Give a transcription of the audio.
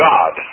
God